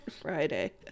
Friday